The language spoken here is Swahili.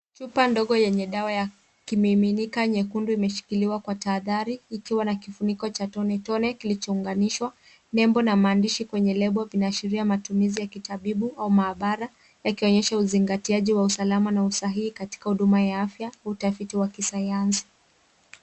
Chupa ndogo yenye dawa ya kimimika nyekundu imeshikiliwa kwa tahadhari, ikiwa na kifuniko cha tone, tone kilichounganishwa. Nembo na maandishi kwenye lebo vinaashiria matumizi ya kitabibu au maabara yakionyesha uzingatiaji wa usalama na usahihi katika huduma ya afya; utafiti wa kisanyansi.